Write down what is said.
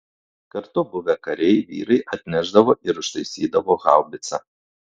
kartu buvę kariai vyrai atnešdavo ir užtaisydavo haubicą